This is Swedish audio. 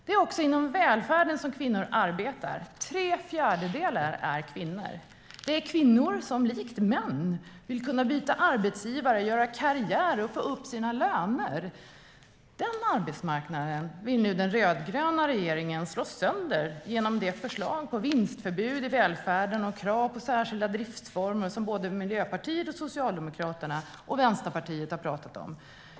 Det är också inom välfärden som kvinnor arbetar - tre fjärdedelar är kvinnor. Det är kvinnor, som likt män, vill kunna byta arbetsgivare, göra karriär och få upp sina löner. Den arbetsmarknaden vill nu den rödgröna regeringen slå sönder genom de förslag om vinstförbud i välfärden och krav på särskilda driftsformer som såväl Miljöpartiet som Socialdemokraterna och Vänsterpartiet har pratat om.